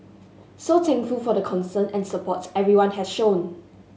so thankful for the concern and support everyone has shown